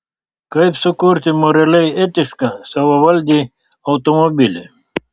kaip sukurti moraliai etišką savavaldį automobilį